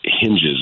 hinges